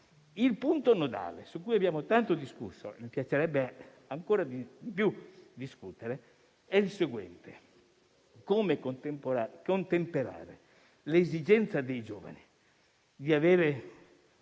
Il punto nodale, su cui abbiamo tanto discusso e che mi piacerebbe ancora di più discutere, è il seguente: contemperare l'esigenza dei giovani di avere